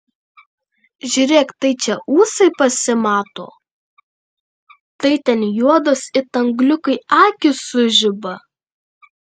žiūrėk tai čia ūsai pasimato tai ten juodos it angliukai akys sužiba